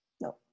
No